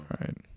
right